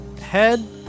head